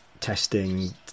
testing